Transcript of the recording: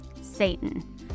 Satan